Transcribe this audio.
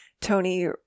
Tony